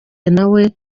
nawe